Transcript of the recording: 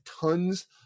tons